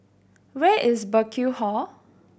where is Burkill Hall